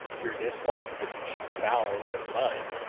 through dislike of its being foul with mud,